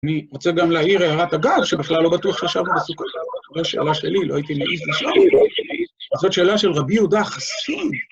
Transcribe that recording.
אני רוצה גם להעיר הערת הגב, שבכלל לא בטוח שישבנו בסוכות שאלה שלא הייתי נעיז לשאלה של רבי יהודה חסין.